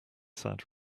sad